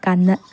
ꯀꯥꯟꯅ